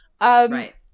Right